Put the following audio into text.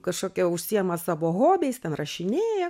kažkokia užsiema savo hobiais ten rašinėja